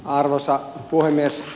arvoisa puhemies